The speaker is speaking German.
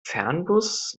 fernbus